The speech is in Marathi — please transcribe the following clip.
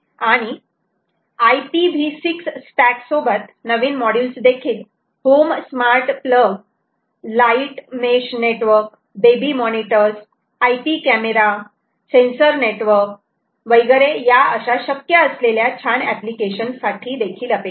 आणि IPV 6 स्टॅक सोबत नवीन मोड्यूल्स देखील home smart plug light mesh network baby monitors IP camera sensors network वगैरे या अशा शक्य असलेल्या छान एप्लिकेशन्स साठी अपेक्षित आहेत